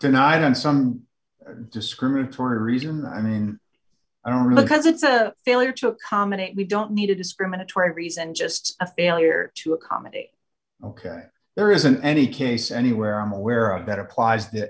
denied and some discriminatory reason i mean i don't really because it's a failure to accommodate we don't need a discriminatory reason just a failure to accommodate ok there isn't any case anywhere i'm aware of that applies t